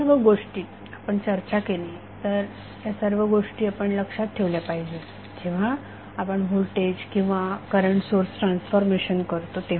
या सर्व गोष्टी आपण चर्चा केली तर सर्व गोष्टी आपण लक्षात ठेवले पाहिजेत जेव्हा आपण व्होल्टेज किंवा करंट सोर्स ट्रान्सफॉर्मेशन करतो